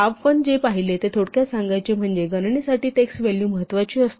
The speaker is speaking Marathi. आपण जे पाहिले ते थोडक्यात सांगायचे म्हणजे गणनेसाठी टेक्स्ट व्हॅलू महत्वाची असतात